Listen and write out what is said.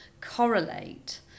correlate